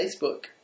Facebook